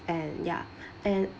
and ya and